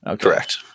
correct